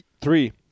Three